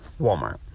Walmart